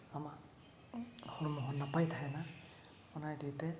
ᱟᱢᱟᱜ ᱦᱚᱲᱢᱚ ᱦᱚᱸ ᱱᱟᱯᱟᱭ ᱛᱟᱦᱮᱱᱟ ᱚᱱᱟ ᱤᱫᱤᱛᱮ